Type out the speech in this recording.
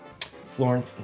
Florence